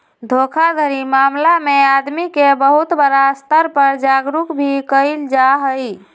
धोखाधड़ी मामला में आदमी के बहुत बड़ा स्तर पर जागरूक भी कइल जाहई